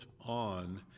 on